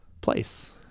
place